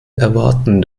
erwarten